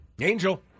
Angel